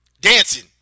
dancing